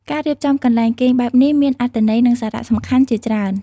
ការរៀបចំកន្លែងគេងបែបនេះមានអត្ថន័យ និងសារៈសំខាន់ជាច្រើន។